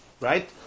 right